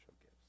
gifts